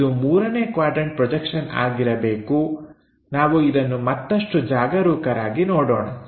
ಇದು ಮೂರನೇ quadrant projection ಆಗಿರಬೇಕು ನಾವು ಇದನ್ನು ಮತ್ತಷ್ಟು ಜಾಗರೂಕರಾಗಿ ನೋಡೋಣ